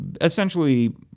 essentially